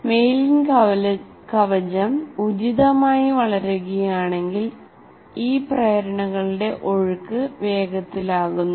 myelin കവചം ഉചിതമായി വളരുകയാണെങ്കിൽ ഈ പ്രേരണകളുടെ ഒഴുക്ക് വേഗത്തിലാക്കുന്നു